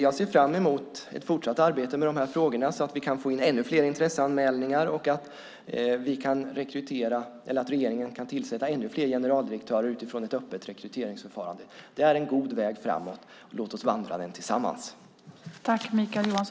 Jag ser fram emot ett fortsatt arbete i de här frågorna så att vi kan få in ännu fler intresseanmälningar och att regeringen kan tillsätta ännu fler generaldirektörer utifrån ett öppet rekryteringsförfarande. Det är en god väg framåt. Låt oss vandra den tillsammans.